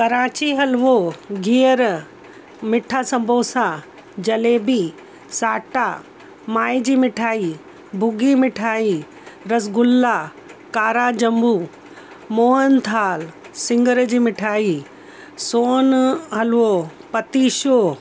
कराची हलिवो गिहरु मिठा संबोसा जलेबी साटा मावे जी मिठाई भुॻी मिठाई रसगुल्ला कारा ॼमूं मोहन थाल सिङर जी मिठाई सोन हलिवो पतीशो